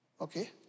okay